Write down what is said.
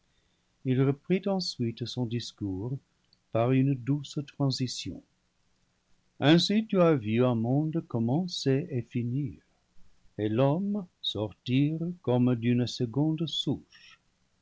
il reprit ensuite son discours par une douce transition ainsi tu as vu un monde commencer et finir et l'homme sortir comme d'une seconde souche